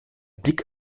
blick